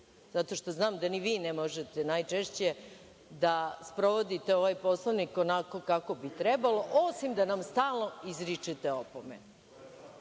Zato što znam da ni vi ne možete najčešće da sprovodite ovaj Poslovnik onako bi trebalo, osim da nas stalno izričete opomene,